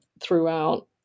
throughout